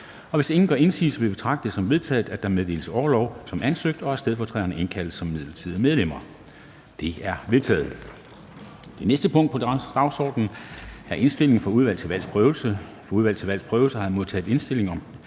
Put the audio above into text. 4. Hvis ingen gør indsigelse, vil jeg betragte det som vedtaget, at der meddeles orlov som ansøgt, og at stedfortræderne indkaldes som midlertidige medlemmer. Det er vedtaget. --- Det næste punkt på dagsordenen er: 2) Indstilling fra Udvalget til Valgs Prøvelse: Godkendelse af stedfortrædere som midlertidige